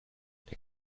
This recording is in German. der